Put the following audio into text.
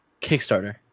kickstarter